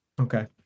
Okay